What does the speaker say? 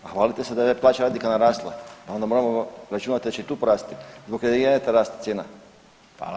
Hvalite se da je plaća radnika narasla, pa onda moramo računati da će i tu porasti zbog energenata rast cijena.